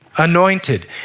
anointed